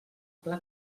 pla